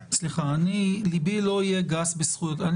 סליחה, לבי לא יהיה גס בזכויות אדם.